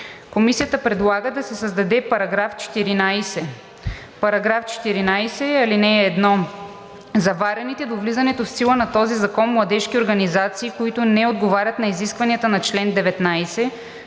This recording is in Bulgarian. Комисията предлага да се създаде § 14: „§ 14. (1) Заварените до влизането в сила на този закон младежки организации, които не отговарят на изискванията на чл. 19,